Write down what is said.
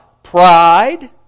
Pride